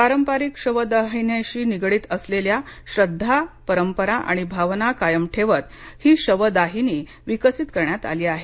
पारंपारिक शवदहनाशी निगडीत असलेल्या श्रद्धा परंपरा आणि भावना कायम ठेवत ही शवदाहिनी विकसित करण्यात आली आहे